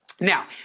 Now